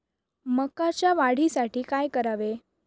मकाच्या वाढीसाठी काय करावे?